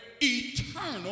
eternal